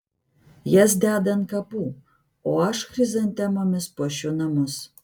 jas deda ant kapų o aš chrizantemomis puošiu namus